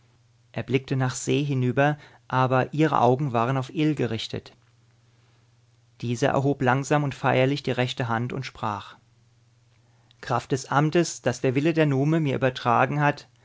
er blickte nach se hinüber aber ihre augen waren auf ill gerichtet dieser erhob langsam und feierlich die rechte hand und sprach kraft des amtes das der wille der nume mir übertragen hat